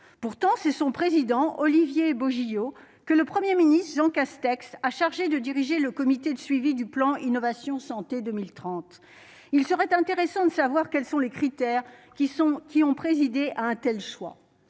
pourtant c'est son président Olivier Beaud JO que le 1er ministre Jean Castex a chargé de diriger le comité de suivi du plan Innovation Santé 2030, il serait intéressant de savoir quels sont les critères qui sont, qui ont présidé à un tels choix